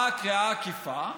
מה הקריאה העקיפה?